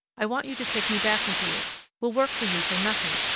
i want you to take me back with you will work for you for nothing!